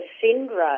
syndrome